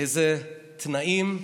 ובאיזה תנאים.